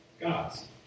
God's